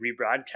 rebroadcast